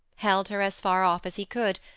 held her as far off as he could,